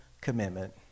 commitment